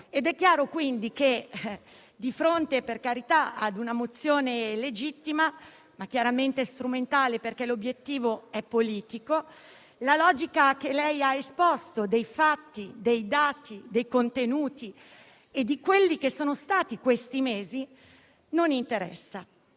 È chiaro quindi che, di fronte a una mozione legittima, ma chiaramente strumentale perché l'obiettivo è politico, la logica che lei ha esposto dei fatti, dei dati, dei contenuti e di quelli che sono stati questi mesi non interessa.